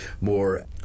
more